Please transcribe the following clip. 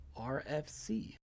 rfc